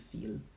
feel